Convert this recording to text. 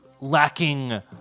lacking